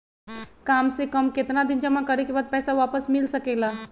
काम से कम केतना दिन जमा करें बे बाद पैसा वापस मिल सकेला?